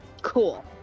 Cool